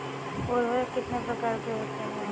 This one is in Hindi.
उर्वरक कितने प्रकार के होते हैं?